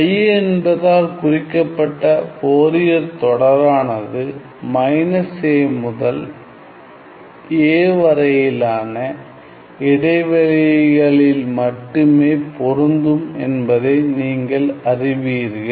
I என்பதால் குறிக்கப்பட்ட Fourier தொடரானது மைனஸ் a முதல் a வரையிலான இடைவெளிகளில் மட்டுமே பொருந்தும் என்பதை நீங்கள் அறிவீர்கள்